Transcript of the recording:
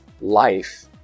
life